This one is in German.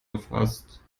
erfasst